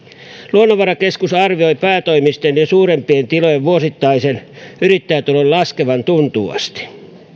luonnonvarakeskus arvioi päätoimisten ja suurempien tilojen vuosittaisen yrittäjätulon laskevan tuntuvasti